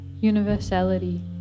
universality